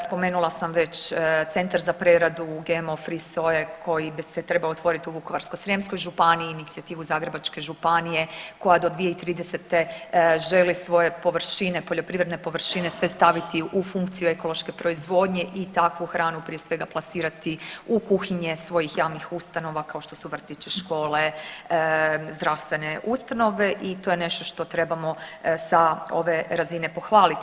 Spomenula sam već Centar za preradu GMO free soje koji bi se trebao otvoriti u Vukovarsko-srijemskoj županiji, inicijativu Zagrebačke županije koja do 2030. želi svoje poljoprivredne površine sve staviti u funkciju ekološke proizvodnje i takvu hranu prije svega plasirati u kuhinje svojih javnih ustanova kao što su vrtići, škole, zdravstvene ustanove i to je nešto što trebamo sa ove razine pohvaliti.